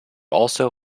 also